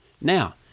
Now